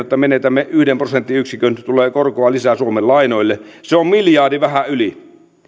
että menetämme yhden prosenttiyksikön tulee korkoa lisää suomen lainoille se on miljardin vähän yli